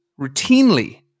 routinely